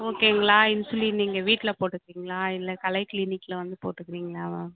ஓகேங்ளா இன்சுலின் நீங்கள் வீட்டில் போட்டுக்கிறிங்களா இல்லை கலை கிளீனிக்கில் வந்து போட்டுக்கிறிங்களா